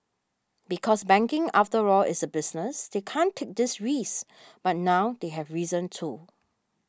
because banking after all is a business they can't take these risks but now they have reason to